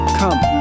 come